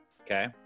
Okay